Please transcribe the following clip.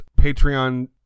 Patreon